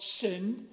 sin